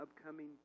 upcoming